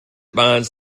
binds